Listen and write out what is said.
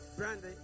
Brandy